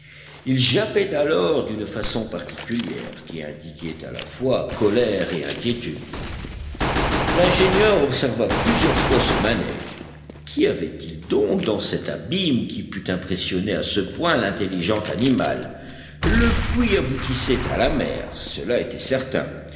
il jappait alors d'une façon particulière qui indiquait à la fois colère et inquiétude l'ingénieur observa plusieurs fois ce manège qu'y avait-il donc dans cet abîme qui pût impressionner à ce point l'intelligent animal le puits aboutissait à la mer cela était certain